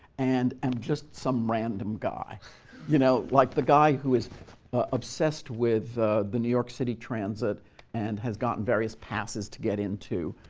and am just some random guy you know like the guy who is obsessed with the new york city transit and has gotten various passes to get in to